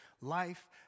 life